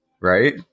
right